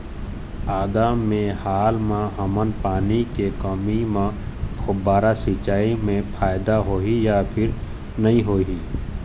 आदा मे हाल मा हमन पानी के कमी म फुब्बारा सिचाई मे फायदा होही या फिर नई होही?